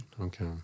Okay